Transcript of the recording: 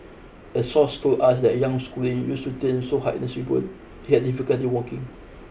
a source told us that young schooling used to so hard he had difficulty walking